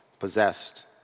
Possessed